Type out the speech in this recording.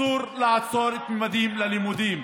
אסור לעצור את ממדים ללימודים.